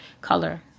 color